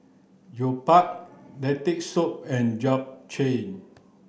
Jokbal Lentil soup and Japchae